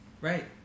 Right